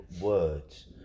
words